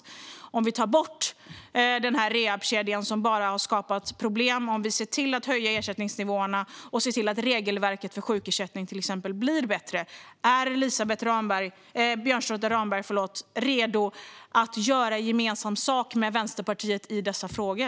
Det handlar om att ta bort den rehabkedja som bara har skapat problem och om att se till att höja ersättningsnivåerna och se till att till exempel regelverket för sjukersättning blir bättre. Är Elisabeth Björnsdotter Rahm redo att göra gemensam sak med Vänsterpartiet i dessa frågor?